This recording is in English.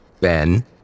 Ben